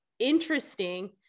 Interesting